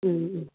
ഉം ഉം